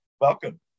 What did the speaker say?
welcome